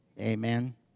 Amen